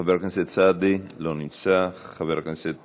חבר הכנסת סעדי, לא נמצא, חבר הכנסת